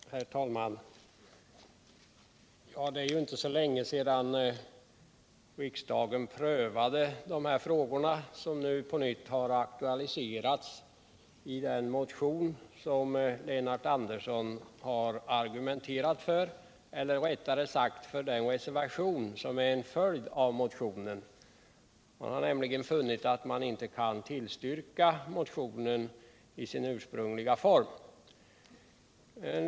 Herr talman! Det är inte så länge sedan riksdagen prövade de här frågorna som nu på nytt har aktualiserats i den motion som Lennart Andersson har argumenterat för, eller rättare sagt den reservation som är en följd av motionen — han har nämligen funnit att man inte kan tillstyrka motionen i dess ursprungliga form.